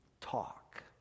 talk